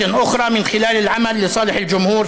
כלומר הפעם הראשונה,